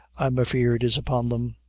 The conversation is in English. i'm afeard, is upon them.